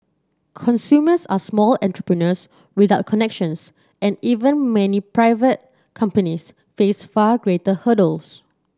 consumers are small entrepreneurs without connections and even many private companies face far greater hurdles